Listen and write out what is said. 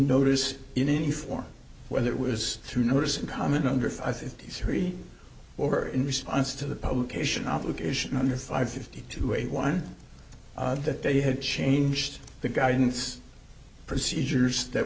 notice in any form whether it was through notice and comment under five fifty three or in response to the publication obligation under five fifty two eight one that they had changed the guidance procedures that